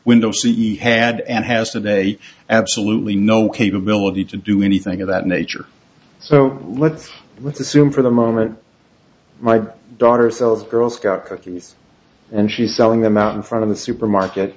windows c e had and has today absolutely no capability to do anything of that nature so let's let's assume for the moment my daughter sells girl scout cookies and she's selling them out in front of the supermarket